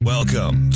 Welcome